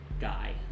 guy